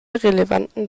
relevanten